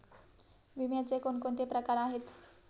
विम्याचे कोणकोणते प्रकार आहेत?